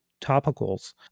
topicals